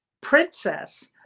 Princess